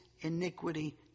iniquity